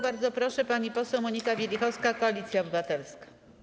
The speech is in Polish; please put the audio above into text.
Bardzo proszę, pani poseł Monika Wielichowska, Koalicja Obywatelska.